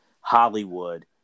Hollywood